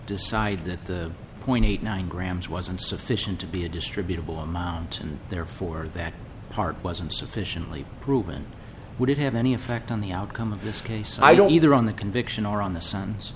decide that the point eight nine grams wasn't sufficient to be a distributable amount and therefore that part wasn't sufficiently proven would it have any effect on the outcome of this case i don't either on the conviction or on the s